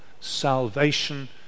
salvation